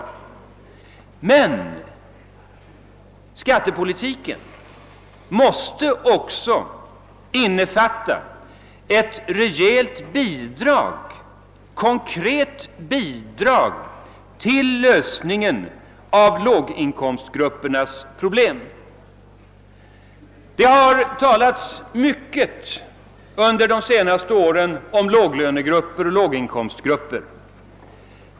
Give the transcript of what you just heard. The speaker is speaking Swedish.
Skattepolitiken måste också innefatta ett rejält konkret bidrag till lösningen av låginkomstgruppernas problem. Det har under de senaste åren talats mycket om låginkomstgrupperna.